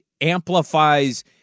amplifies